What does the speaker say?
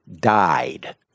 died